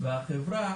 והחברה